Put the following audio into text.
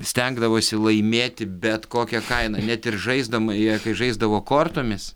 stengdavosi laimėti bet kokia kaina net ir žaisdama jie kai žaisdavo kortomis